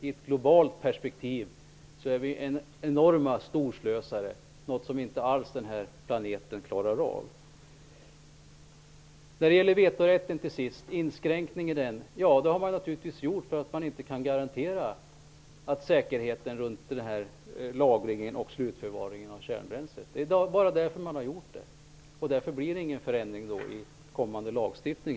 I ett globalt perspektiv är vi enorma storslösare, något som den här planeten inte alls klarar av. När det gäller inskränkningar i vetorätten är det förstås något man har gjort eftersom man inte kan garantera säkerheten runt lagringen och slutförvaringen av kärnbränslet. Det är bara därför man har gjort det, och därför blir det inte heller någon förändring i kommande lagstiftning.